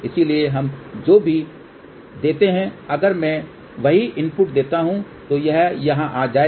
इसलिए हम जो भी देते हैं अगर मैं वही इनपुट देता हूं तो यह यहां आ जाएगा